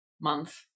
month